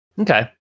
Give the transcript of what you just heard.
okay